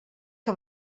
que